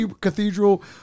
Cathedral